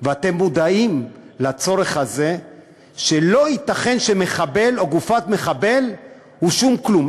ואתם מודעים לצורך הזה שלא ייתכן שמחבל או גופת מחבל הוא שום כלום.